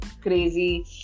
crazy